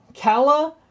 Kala